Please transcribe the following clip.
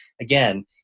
again